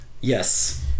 Yes